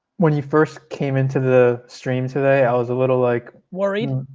when you first came into the stream today, i was a little like worried?